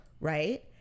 right